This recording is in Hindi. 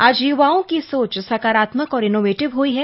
आज युवाओं की सोच सकारात्मक और इनोवेटिव हुयी है